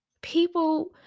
People